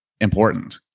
important